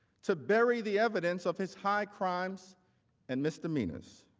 to bury the evidence of his high crime so and misdemeanors.